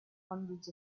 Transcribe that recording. hundreds